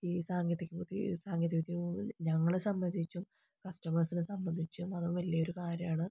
ഈ സാങ്കേ സാങ്കേതിക വിദ്യ ഞങ്ങളെ സംബന്ധിച്ചും കസ്റ്റമേഴ്സിനെ സംബന്ധിച്ചും അത് വലിയൊരു കാര്യമാണ്